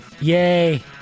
Yay